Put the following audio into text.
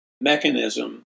mechanism